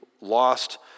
lost